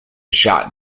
shot